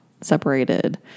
separated